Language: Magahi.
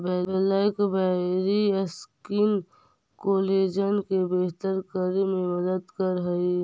ब्लैकबैरी स्किन कोलेजन के बेहतर करे में मदद करऽ हई